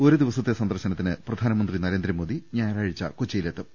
ഒരു ദിവസത്തെ സന്ദർശനത്തിന് പ്രധാനമന്ത്രി നേരന്ദ്രമോദി ഞായറാഴ്ച കൊച്ചിയിലെത്തും